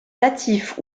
natif